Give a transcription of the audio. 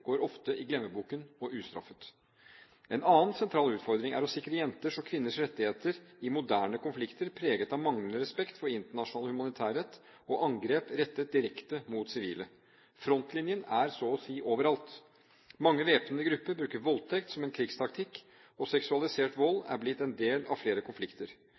går ofte i glemmeboken – og ustraffet. En annen sentral utfordring er å sikre jenters og kvinners rettigheter i moderne konflikter preget av manglende respekt for internasjonal humanitærrett og angrep rettet direkte mot sivile. Frontlinjen er så å si overalt. Mange væpnede grupper bruker voldtekt som en krigstaktikk, og seksualisert vold er blitt en del av flere konflikter.